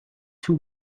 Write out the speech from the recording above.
two